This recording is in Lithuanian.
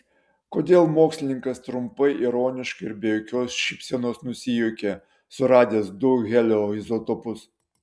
kodėl mokslininkas trumpai ironiškai ir be jokios šypsenos nusijuokė suradęs du helio izotopus